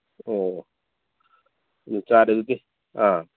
ꯑꯣ ꯎꯝ ꯆꯥꯔꯦ ꯑꯗꯨꯗꯤ ꯑꯥ